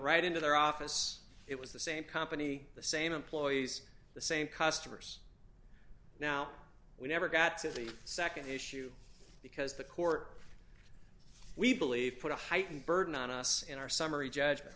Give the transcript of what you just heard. right into their office it was the same company the same employees the same customers now we never got to the nd issue because the court we believe put a heightened burden on us in our summary judgment